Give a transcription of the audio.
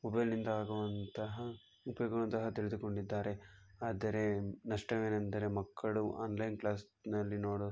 ಮೊಬೈಲ್ನಿಂದ ಆಗುವಂತಹ ಉಪಯೋಗಗಳನ್ನು ಸಹ ತಿಳಿದುಕೊಂಡಿದ್ದಾರೆ ಆದರೆ ನಷ್ಟವೇನೆಂದರೆ ಮಕ್ಕಳು ಆನ್ಲೈನ್ ಕ್ಲಾಸ್ನಲ್ಲಿ ನೋಡೋ